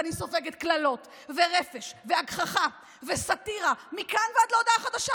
ואני סופגת קללות ורפש והגחכה וסאטירה מכאן ועד להודעה חדשה,